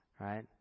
right